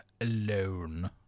alone